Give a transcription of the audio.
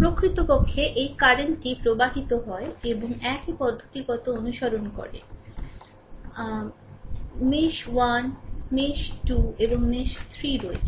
প্রকৃতপক্ষে এই কারেন্টটি প্রবাহিত হয় এবং একই পদ্ধতিগত অনুসরণ করে 1 মেশ 2 মেশ এবং 3 মেশ রয়েছে